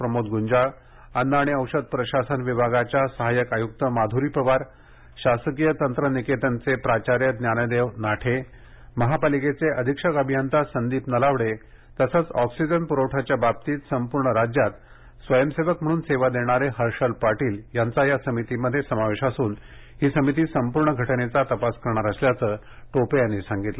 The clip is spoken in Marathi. प्रमोद गुंजाळ अन्न आणि औषध प्रशासन विभागाच्या सहाय्यक आयुक्त माधुरी पवार शासकीय तंत्रनिकेतनचे प्राचार्य ज्ञानदेव नाठे महापालिकेचे अधिक्षक अभियंता संदीप नलावडे तसंच ऑक्सिजन पुरवठ्याच्या बाबतीत संपूर्ण राज्यात स्वयंसेवक म्हणून सेवा देणारे हर्षल पाटील यांचा या समितीमध्ये समावेश असून ही समिती संपूर्ण घटनेचा तपास करणार असल्याचं टोपे यांनी सांगितलं